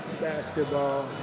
basketball